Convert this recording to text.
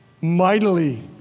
mightily